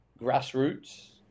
grassroots